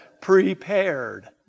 prepared